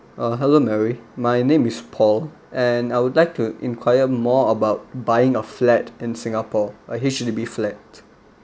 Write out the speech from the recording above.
uh hello mary my name is paul and I would like to inquire more about buying a flat in singapore a H_D_B flat